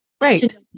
Right